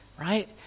right